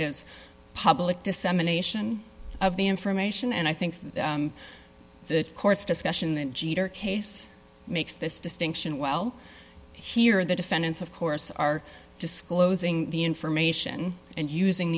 is public dissemination of the information and i think the court's discretion and jeter case makes this distinction well here the defendants of course are disclosing the information and using